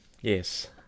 yes